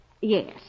Yes